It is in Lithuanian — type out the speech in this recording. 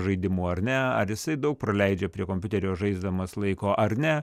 žaidimų ar ne ar jisai daug praleidžia prie kompiuterio žaisdamas laiko ar ne